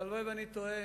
והלוואי שאני טועה,